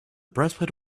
breastplate